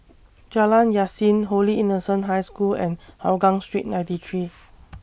Jalan Yasin Holy Innocents' High School and Hougang Street ninety three